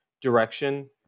direction